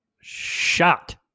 Shot